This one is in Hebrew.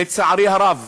לצערי הרב